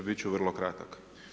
Bit ću vrlo kratak.